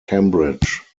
cambridge